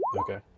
Okay